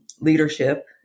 leadership